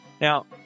Now